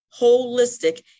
holistic